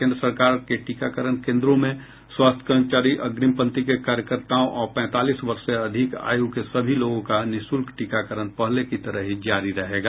केंद्र सरकार के टीकाकरण केंद्रों में स्वास्थ्य कर्मचारी अग्निम पंक्ति के कार्यकर्ताओं और पैंतालीस वर्ष से अधिक आयु के सभी लोगों का निःशुल्क टीकाकरण पहले की तरह ही जारी रहेगा